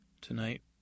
Tonight